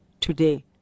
today